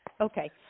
Okay